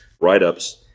write-ups